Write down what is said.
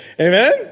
Amen